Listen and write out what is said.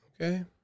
Okay